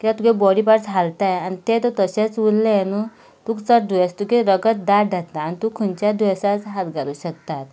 कित्याक तुजे body parts हालतात आनी ते तर तशेच उरले न्हय तुका चड दुयेंसां तुजें रगत दाट जाता आनी तुका खंयच्या दुयेंसांक हात घालूंक शकतात